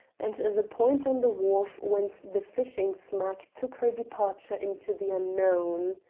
and the point on the wharf whence the fishing smack took her departure into the unknown.